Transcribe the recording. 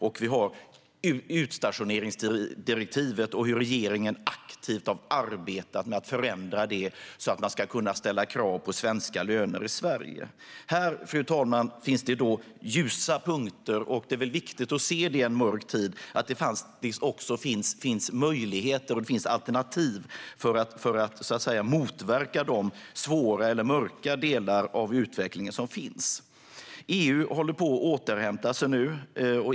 Vi har också utstationeringsdirektivet, som regeringen aktivt har arbetat med att förändra, så att man ska kunna ställa krav på svenska löner i Sverige. Här finns det ljusa punkter. I en mörk tid är det viktigt att se att det också finns möjligheter och alternativ för att motverka de svåra eller mörka delar av utvecklingen som finns. EU håller nu på att återhämta sig.